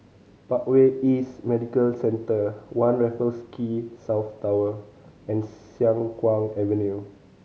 Parkway East Medical Centre One Raffles Quay South Tower and Siang Kuang Avenue